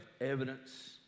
evidence